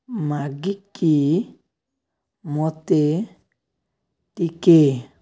ମାଗିକି ମୋତେ ଟିକିଏ